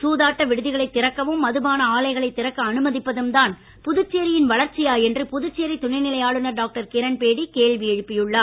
சூதாட்ட விடுதிகளை திறக்கவும் மதுபான ஆலைகளை திறக்க அனுமதிப்பதும் தான் புதுச்சேரியின் வளர்ச்சியா என்று புதுச்சேரி துணைநிலை ஆளுநர் டாக்டர் கிரண் பேடி கேள்வி எழுப்பியுள்ளார்